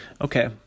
okay